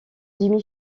demi